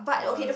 uh